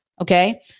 Okay